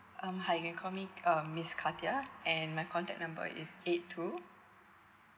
um hi you can call me um miss katia and my contact number is eight two